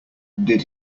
did